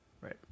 right